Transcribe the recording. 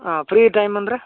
ಹಾಂ free time ಅಂದರೆ